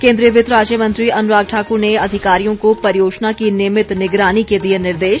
केंद्रीय वित्त राज्य मंत्री अनुराग ठाक्र ने अधिकारियों को परियोजना की नियमित निगरानी के दिए निर्देश